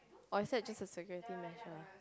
or is that just a security measure